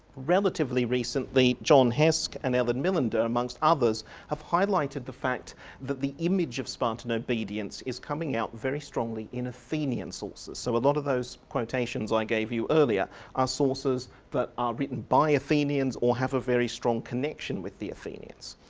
relatively recently jon hesk and ellen millender amongst others have highlighted the fact that the image of spartan obedience is coming out very strongly in athenian sources. so a lot of those quotations i gave you earlier are sources that are written by athenians or have a very strong connection with the athenians.